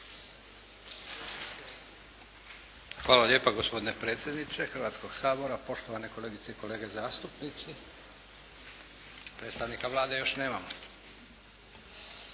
Hvala lijepa. Gospodine predsjedniče Hrvatskoga sabora, poštovane kolegice i kolege zastupnici. Pa ako se dan po